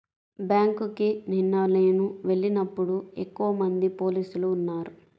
బ్యేంకుకి నిన్న నేను వెళ్ళినప్పుడు ఎక్కువమంది పోలీసులు ఉన్నారు